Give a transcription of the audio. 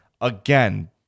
Again